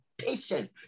Patience